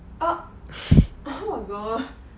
uh oh my god